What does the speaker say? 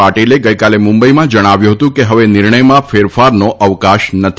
પાટીલે ગઈકાલે મુંબઈમાં જણાવ્યું હતું કે હવે નિર્ણયમાં ફેરફારનો અવકાશ નથી